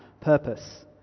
purpose